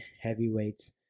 heavyweights